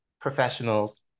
professionals